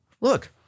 Look